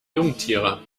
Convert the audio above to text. jungtiere